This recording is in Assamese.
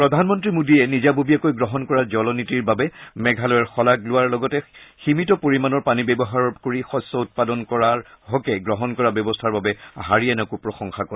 প্ৰধানমন্ত্ৰী মোদীয়ে নিজাববীয়াকৈ গ্ৰহণ কৰা জলনীতিৰ বাবে মেঘালয়ৰ শলাগ লোৱাৰ লগতে সীমিত পৰিমাণৰ পানী ব্যৱহাৰ কৰি শস্য উৎপাদন কৰাৰ হকে গ্ৰহণ কৰা ব্যৱস্থাৰ বাবে হাৰিয়ানাকো প্ৰশংসা কৰে